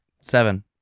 Seven